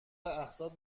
اقساط